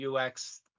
UX